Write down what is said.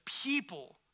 people